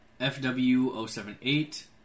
FW078